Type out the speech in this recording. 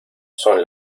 son